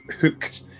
hooked